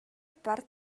part